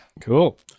Cool